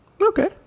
Okay